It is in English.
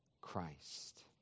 Christ